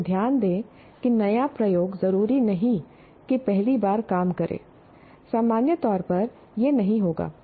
लेकिन ध्यान दें कि नया प्रयोग जरूरी नहीं कि पहली बार काम करे सामान्य तौर पर यह नहीं होगा